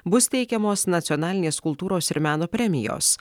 bus teikiamos nacionalinės kultūros ir meno premijos